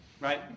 right